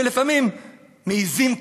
ולפעמים מעזים,